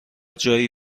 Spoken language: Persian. جایی